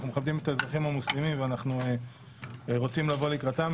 אנחנו מכבדים את האזרחים המוסלמים ואנחנו רוצים לבוא לקראתם.